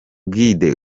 guide